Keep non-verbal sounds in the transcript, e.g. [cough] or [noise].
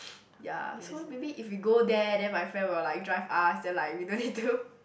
[noise] ya so maybe if we go there then my friend will like drive us then like we don't need to